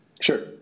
Sure